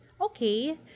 Okay